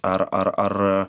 ar ar ar